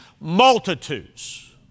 Multitudes